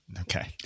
Okay